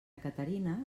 caterina